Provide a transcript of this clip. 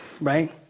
right